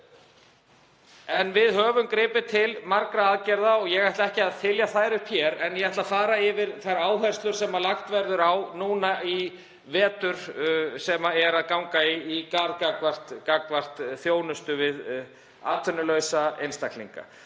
Við höfum gripið til margra aðgerða og ég ætla ekki að þylja þær upp hér en ég ætla að fara yfir þær áherslur sem lagðar verða í vetur, sem er að ganga í garð, hvað varðar þjónustu við atvinnulausa einstaklinga.